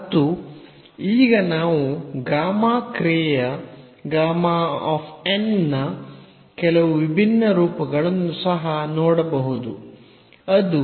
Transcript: ಮತ್ತು ಈಗ ನಾವು ಗಾಮಾ ಕ್ರಿಯೆಯ ನ ಕೆಲವು ವಿಭಿನ್ನ ರೂಪಗಳನ್ನು ಸಹ ನೋಡಬಹುದು ಅದು